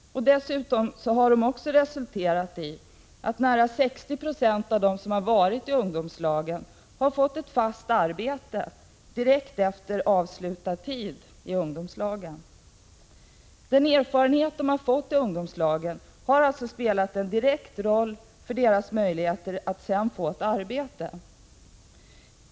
Dessutom har ungdomslagen resulterat i att nära 60 96 av dem som arbetat i ungdomslag har fått ett fast arbete direkt efter avslutad tid i ungdomslaget. Den erfarenhet de har fått har alltså spelat en avgörande roll för deras möjligheter att få ett arbete.